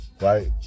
Right